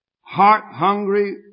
heart-hungry